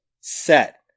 set